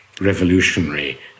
revolutionary